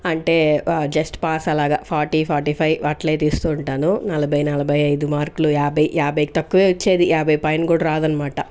అంటే just pass అలాగా forty forty five అట్లే తీస్తూ ఉంటాను నలభై నలభైఐదు మార్కులు యాభై యాభై తక్కువ వచ్చేది యాభై పైన కూడా రాదు అనమాట